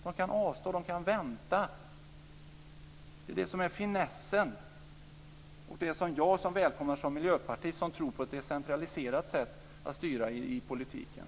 De kan avstå. De kan vänta. Det är det som är finessen, och det är det jag välkomnar som miljöpartist, eftersom jag tror på ett decentraliserat sätt att styra i politiken.